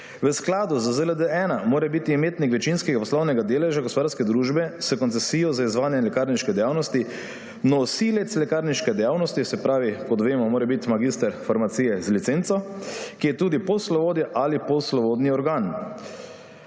V skladu z ZLD-1 mora biti imetnik večinskega poslovnega deleža gospodarske družbe s koncesijo za izvajanje lekarniške dejavnosti nosilec lekarniške dejavnosti, se pravi, kot vemo, mora biti magister farmacije z licenco, ki je tudi poslovodja ali poslovodni organ.